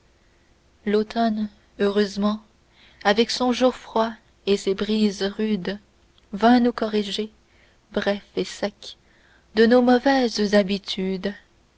l'automne heureusement avec son jour froid et ses bises rudes vint nous corriger bref et sec de nos mauvaises habitudes